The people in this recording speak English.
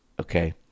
okay